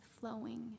flowing